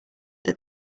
that